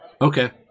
Okay